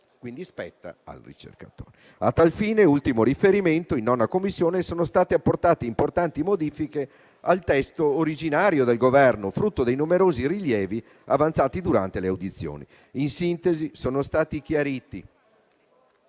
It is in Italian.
avvalersene, al ricercatore. A tale ultimo riferimento, in 9a Commissione sono stati apportati importanti modifiche al testo originario del Governo, frutto dei numerosi rilievi avanzati durante le audizioni. In sintesi, sono stati chiariti